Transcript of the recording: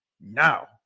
now